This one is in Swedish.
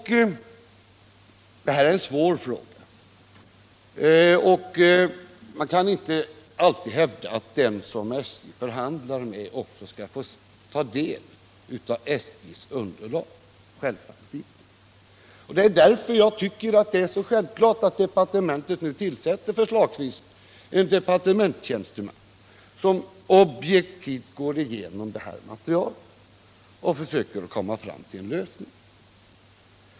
Detta är en svår fråga, och man kan inte alltid hävda att den som är förhandlande också skall få ta del av SJ:s underlag — självfallet inte. Därför tycker jag det är så självklart att departementet nu tillsätter förslagsvis en departementstjänsteman som objektivt går igenom materialet och försöker Nr 63 komma fram till en lösning.